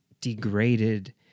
degraded